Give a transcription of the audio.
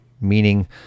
meaning